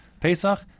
Pesach